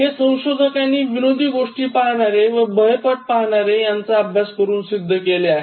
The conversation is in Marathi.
हे संशोधकांनी विनोदी गोष्टी पाहणारे व भयपट पाहणारे यांचा अभ्यास करून सिद्ध केले आहे